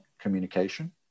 communication